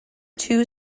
two